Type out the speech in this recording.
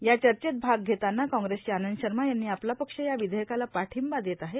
या चर्चेत भाग घेतांना कांग्रेसचे आनंद शर्मा यांनी आपला पक्ष या विधेयकाला पाठिंबा देत आहे